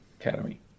Academy